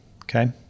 okay